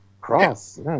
Cross